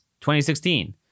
2016